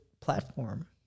platform